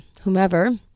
whomever